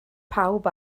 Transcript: pawb